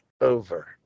over